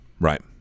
right